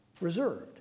Reserved